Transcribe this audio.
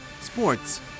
sports